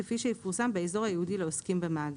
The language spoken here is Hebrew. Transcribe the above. כפי שיפורסם באזור הייעודי לעוסקים במאגר,